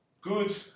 good